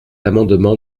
amendement